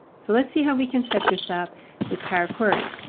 so let's see how we can set this up with power query.